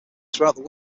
throughout